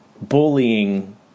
bullying